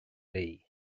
luí